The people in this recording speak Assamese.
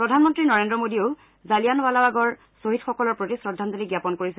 প্ৰধানমন্ত্ৰী নৰেন্দ্ৰ মোডীয়েও জালিয়ানৱালাবাগৰ শ্বহীদসকলৰ প্ৰতি শ্ৰদ্ধাঞ্জলি জাপন কৰিছে